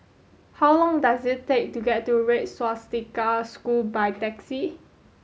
how long does it take to get to Red Swastika School by taxi